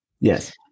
Yes